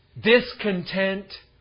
Discontent